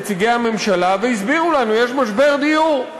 נציגי הממשלה והסבירו לנו: יש משבר דיור.